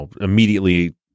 immediately